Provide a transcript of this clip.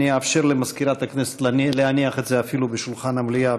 אאפשר למזכירת הכנסת להניח את זה אפילו בשולחן המליאה,